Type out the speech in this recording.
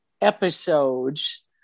episodes